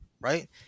right